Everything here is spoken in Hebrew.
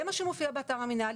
זה מה שמופיע באתר המינהל,